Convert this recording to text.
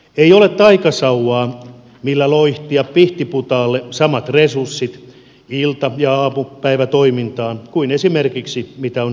ei ole taikasauvaa millä loihtia pihtiputaalle samat resurssit ilta ja aamupäivätoimintaan kuin mitä on esimerkiksi helsingissä